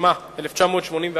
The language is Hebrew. התשמ"א 1981,